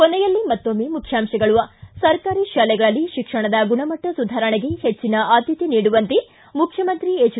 ಕೊನೆಯಲ್ಲಿ ಮತ್ತೊಮ್ಮೆ ಮುಖ್ಯಾಂಶಗಳು ಿ ಸರ್ಕಾರಿ ಶಾಲೆಗಳಲ್ಲಿ ಶಿಕ್ಷಣದ ಗುಣಮಟ್ಟ ಸುಧಾರಣೆಗೆ ಪೆಚ್ಚಿನ ಆದ್ಯತೆ ನೀಡುವಂತೆ ಮುಖ್ಯಮಂತ್ರಿ ಹೆಜ್